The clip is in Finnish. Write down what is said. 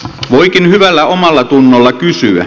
voikin hyvällä omallatunnolla kysyä